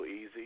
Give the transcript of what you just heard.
easy